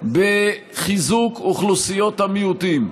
בחיזוק אוכלוסיות המיעוטים.